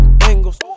angles